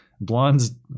Blonde's